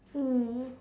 mm